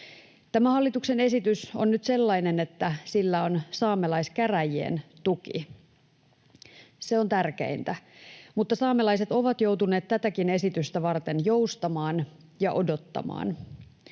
hallituksen esitys on nyt sellainen, että sillä on saamelaiskäräjien tuki. Se on tärkeintä. Mutta saamelaiset ovat joutuneet tätäkin esitystä varten joustamaan ja odottamaan.